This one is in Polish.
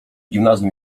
gimnazjum